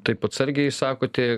taip atsargiai sakote